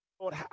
Lord